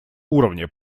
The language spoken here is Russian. уровня